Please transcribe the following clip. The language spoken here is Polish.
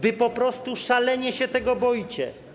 Wy po prostu szalenie się tego boicie.